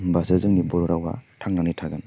होमबासो जोंनि बर' रावा थांनानै थागोन